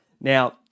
Now